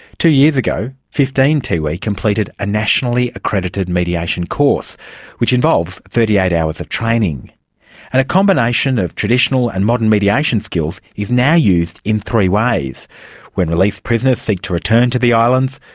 two years ago fifteen tiwi completed a nationally-accredited mediation course which involves thirty-eight hours of training. and a combination of traditional and modern mediation skills is now used in three ways when released prisoners seek to return to the islands,